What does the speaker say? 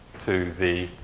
to the